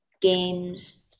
games